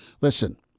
listen